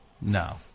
No